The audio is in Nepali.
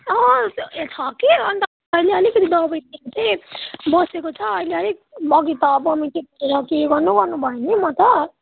छ कि अन्त मैले अलिकति दबाई दिएको थिएँ बसेको छ अहिले अलिक अघि त भोमिटिङ गरेर के गर्नु गर्नु भयो नि म त